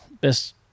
best